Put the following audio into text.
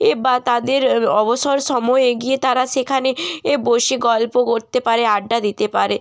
এ বা তাদের অবসর সময়ে গিয়ে তারা সেখানে এ বসে গল্প করতে পারে আড্ডা দিতে পারে